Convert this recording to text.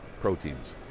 proteins